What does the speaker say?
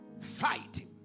Fighting